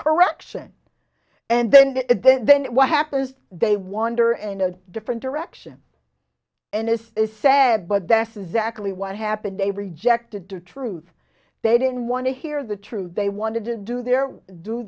correction and then then then what happens is they wander and a different direction and this is sad but that's exactly what happened they rejected the truth they didn't want to hear the truth they wanted to do their do